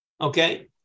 okay